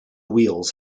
wheels